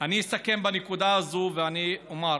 אני אסכם בנקודה הזו ואני אומר,